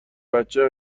بچه